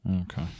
Okay